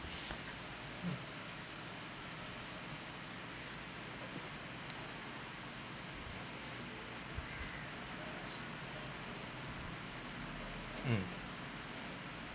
mm